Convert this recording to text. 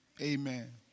Amen